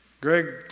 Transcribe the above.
Greg